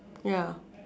ya